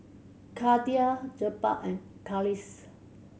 Khadija Jebat and Khalish